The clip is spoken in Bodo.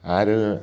आरो